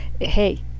hey